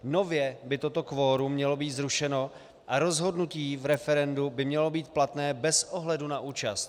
Nově by toto kvorum mělo být zrušeno a rozhodnutí v referendu by mělo být platné bez ohledu na účast.